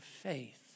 faith